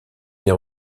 des